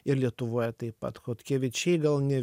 ir lietuvoje taip pat chodkevičiai gal ne